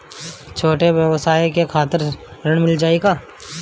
छोट ब्योसाय के खातिर ऋण मिल जाए का?